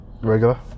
regular